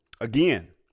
Again